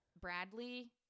Bradley